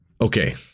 Okay